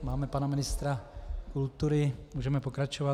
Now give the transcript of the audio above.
Máme tu pana ministra kultury, můžeme pokračovat.